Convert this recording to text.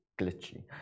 glitchy